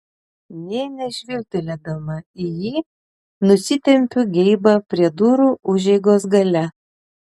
nė nežvilgtelėdama į jį nusitempiu geibą prie durų užeigos gale